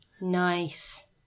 Nice